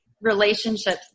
relationships